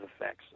effects